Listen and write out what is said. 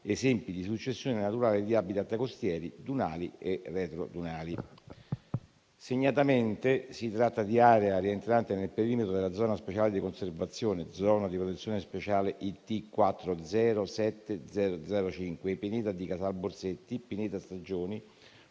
esempi di successione naturale di *habitat* costieri, dunali e retrodunali. Segnatamente, si tratta di area rientrante nel perimetro della zona speciale di conservazione, zona di protezione speciale IT407005, in Pineta di Casalborsetti, Pineta Staggioni